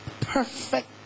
Perfect